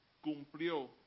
cumplió